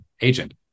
agent